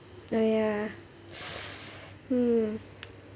oh ya hmm